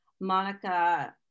monica